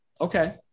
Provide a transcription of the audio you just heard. Okay